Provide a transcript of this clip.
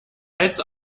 als